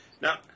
now